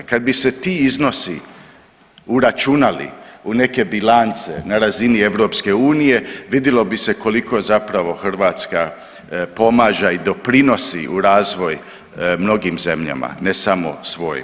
Kad bi se ti iznosi uračunali u neke bilance na razini EU, vidilo bi se koliko zapravo Hrvatska pomaža i doprinosi u razvoj mnogim zemljama, ne samo svojoj.